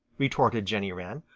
retorted jenny wren.